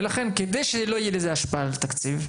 לכן כדי שלא תהיה לזה השפעה על התקציב,